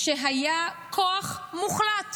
כשהיה כוח מוחלט